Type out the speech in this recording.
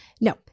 No